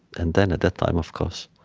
and then at that time, of course,